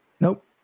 Nope